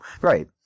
Right